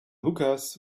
hookahs